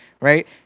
Right